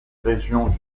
régions